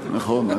נכון,